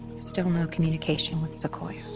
still no communication with sequoia